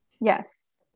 Yes